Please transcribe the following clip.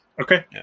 Okay